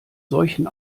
solchen